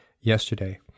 yesterday